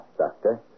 Doctor